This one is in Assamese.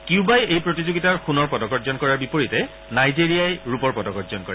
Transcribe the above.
কিউবাই এই প্ৰতিযোগিতাৰ সোণৰ পদক অৰ্জন কৰাৰ বিপৰীতে নাইজেৰিয়াই ৰূপৰ পদক অৰ্জন কৰে